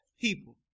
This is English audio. people